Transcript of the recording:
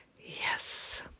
Yes